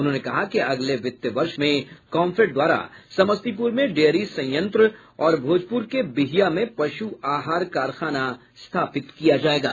उन्होंने कहा कि अगले वित्त वर्ष में कम्फेड द्वारा समस्तीपुर में डेयरी संयंत्र और भोजपुर के बिहिया में पशु आहार कारखाना स्थापित किया जायेगा